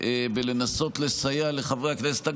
בלנסות לסייע לחברי הכנסת,